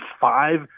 five